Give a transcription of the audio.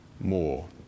more